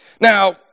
Now